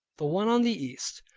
the one on the east,